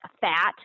fat